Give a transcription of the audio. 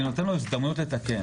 אני נותן לו הזדמנות לתקן.